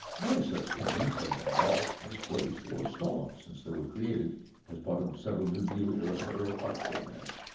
many such paintings have been lost, misplaced, or stolen since they were created as part of several new deal era federal art programs.